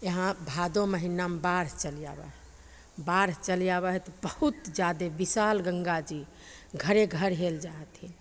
यहाँ भादो महिनामे बाढ़ि चलि आबै हइ बाढ़ि चलि आबै हइ तऽ बहुत जादे विशाल गङ्गाजी घरे घर हेल जाइ हथिन